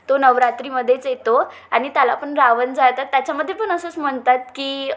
तो नवरात्रीमध्येच येतो आणि त्याला पण रावण जाळतात त्याच्यामध्ये पण असंच म्हणतात की